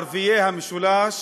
המקום,